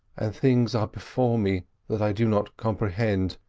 and things are before me that i do not comprehend.